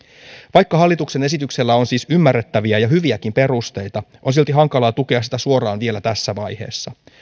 vaikka hallituksen esityksellä on siis ymmärrettäviä ja hyviäkin perusteita on silti hankalaa tukea sitä suoraan vielä tässä vaiheessa